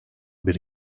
bir